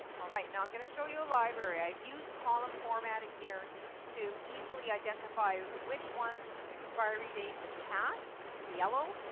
all right. now i'm going to show you a library. i've used column formatting here to easily identify which ones expiring date has passed, the yellow,